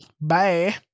Bye